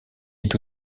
est